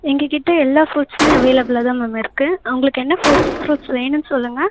எங்ககிட்ட எல்லா ஃப்ரூட்ஸுமே அவைளபிலாக தான் மேம் இருக்குது உங்களுக்கு என்ன ஃப்ரூட்ஸ் ஃப்ரூட்ஸ் வேணும்னு சொல்லுங்கள்